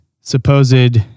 supposed